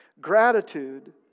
Gratitude